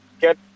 get